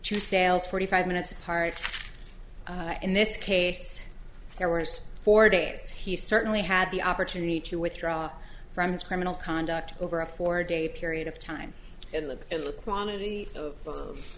two sales forty five minutes apart in this case their worst four days he certainly had the opportunity to withdraw from his criminal conduct over a four day period of time and look at the quantity of